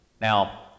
Now